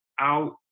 Out